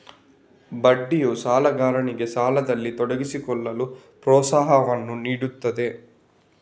ಬಡ್ಡಿಯು ಸಾಲಗಾರನಿಗೆ ಸಾಲದಲ್ಲಿ ತೊಡಗಿಸಿಕೊಳ್ಳಲು ಪ್ರೋತ್ಸಾಹವನ್ನು ನೀಡುತ್ತದೆ